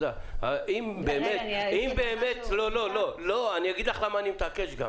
אני אגיד לך למה אני מתעקש,